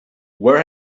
where